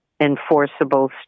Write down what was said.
enforceable